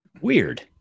Weird